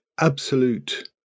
absolute